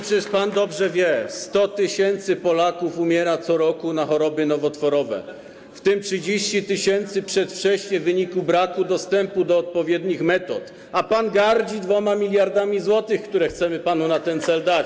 Przecież pan dobrze wie, że 100 tys. Polaków umiera co roku na choroby nowotworowe, w tym 30 tys. przedwcześnie w wyniku braku dostępu do odpowiednich metod, a pan gardzi 2 mld zł, które chcemy panu na ten cel dać.